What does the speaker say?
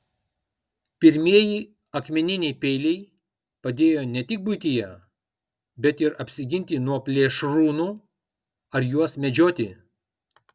pirmieji akmeniniai peiliai padėjo ne tik buityje bet ir apsiginti nuo plėšrūnų ar juos medžioti